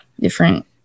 different